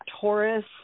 Taurus